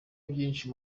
byinshi